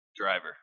driver